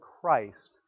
Christ